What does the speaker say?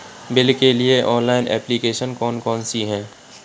Bill के लिए online application कौन कौन सी हैं?